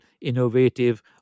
innovative